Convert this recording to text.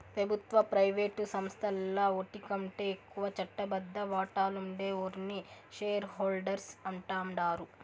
పెబుత్వ, ప్రైవేటు సంస్థల్ల ఓటికంటే ఎక్కువ చట్టబద్ద వాటాలుండే ఓర్ని షేర్ హోల్డర్స్ అంటాండారు